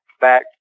back